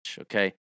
Okay